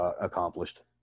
accomplished